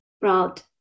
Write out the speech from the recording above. broad